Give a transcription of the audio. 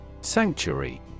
Sanctuary